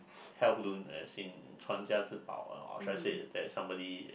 heirloom as in or should I say it's that somebody